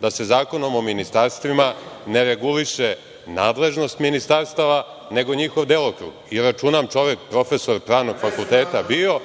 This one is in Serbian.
da se Zakonom o ministarstvima ne reguliše nadležnost ministarstava, nego njihov delokruga i računam, čovek, profesor Pravnog fakulteta bio,